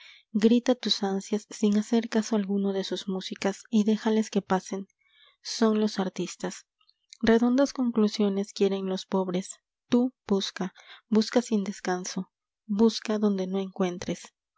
grita tus ansias sin hacer caso alguno de sus músicas y déjales que pasen son los artistas redondas conclusiones quieren los pobres tú busca busca sin descanso busca donde no encuentres